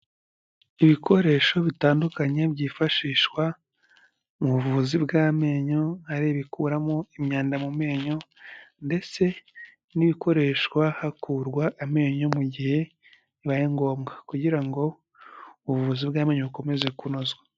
Ibikoresho bitandukanye byifashishwa mu buvuzi bw'amenyo, ari ibikuramo imyanda mu menyo ndetse n'ibikoreshwa hakurwa amenyo mu gihe bibaye ngombwa kugira ngo ubuvuzi bw'amenyo bukomeze kunozwa.